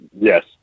yes